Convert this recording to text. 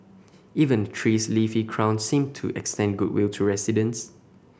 even the tree's leafy crown seemed to extend goodwill to residents